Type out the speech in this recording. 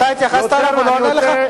אתה התייחסת אליו והוא לא ענה לך,